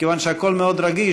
מכיוון שהכול מאוד רגיש,